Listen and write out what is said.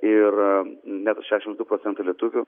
ir net šešiasdešimt du procentai lietuvių